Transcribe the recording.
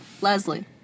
Leslie